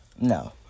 No